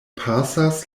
pasas